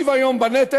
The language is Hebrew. שוויון בנטל.